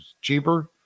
cheaper